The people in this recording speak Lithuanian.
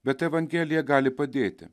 bet evangelija gali padėti